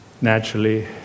naturally